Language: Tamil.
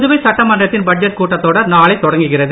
புதுவை சட்டமன்றத்தின் பட்ஜெட் கூட்டத்தொடர் நாளை தொடங்குகிறது